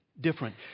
different